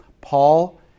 Paul